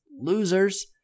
losers